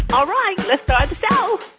all right, let's ah so